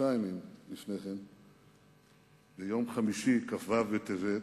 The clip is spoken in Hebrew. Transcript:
שלושה ימים לפני כן, ביום חמישי, כ"ו בטבת,